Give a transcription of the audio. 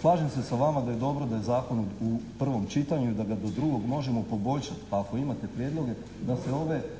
Slažem se sa vama da je dobro da je zakon u prvom čitanju, da ga do drugog možemo poboljšati ako imate prijedloge, da se ove